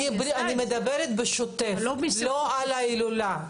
אני מדברת על השוטף, לא על ההילולה.